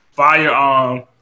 firearm